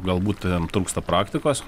galbūt jam trūksta praktikos